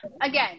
Again